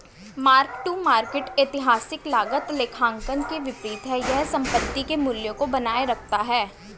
mark to market ऐतिहासिक लागत लेखांकन के विपरीत है यह संपत्ति के मूल्य को बनाए रखता है